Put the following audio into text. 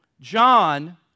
John